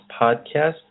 podcast